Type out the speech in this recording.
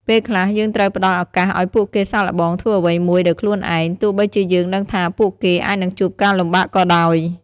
ពេលខ្លះ យើងត្រូវផ្តល់ឱកាសឲ្យពួកគេសាកល្បងធ្វើអ្វីមួយដោយខ្លួនឯង ទោះបីជាយើងដឹងថាពួកគេអាចនឹងជួបការលំបាកក៏ដោយ។